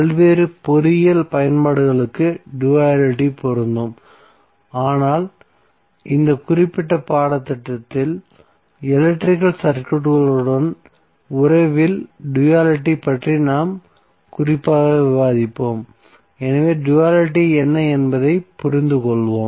பல்வேறு பொறியியல் பயன்பாடுகளுக்கு டுயலிட்டி பொருந்தும் ஆனால் இந்த குறிப்பிட்ட பாடத்திட்டத்தில் எலக்ட்ரிகல் சர்க்யூட்களுடன் உறவில் டுயலிட்டி பற்றி நாம் குறிப்பாக விவாதிப்போம் எனவே டுயலிட்டி என்ன என்பதைப் புரிந்து கொள்வோம்